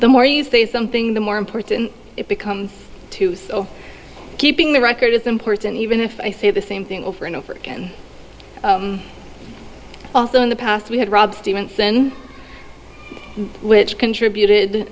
the more you say something the more important it becomes too keeping the record is important even if i say the same thing over and over again also in the past we had rob stevenson which contributed